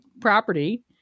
property